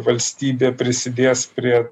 valstybė prisidės prie